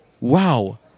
Wow